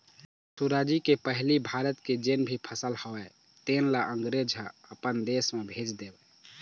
सुराजी के पहिली भारत के जेन भी फसल होवय तेन ल अंगरेज ह अपन देश म भेज देवय